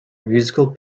musical